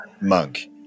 monk